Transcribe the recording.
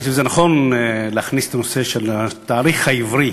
אני חושב שזה נכון להכניס את הנושא של התאריך העברי